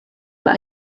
but